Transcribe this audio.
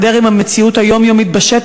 2. כיצד הדבר מסתדר עם המציאות היומיומית בשטח,